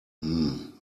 hmm